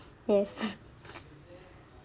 yes